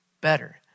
better